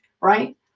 Right